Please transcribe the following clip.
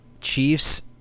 chiefs